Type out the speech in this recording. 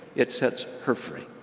it sets her free.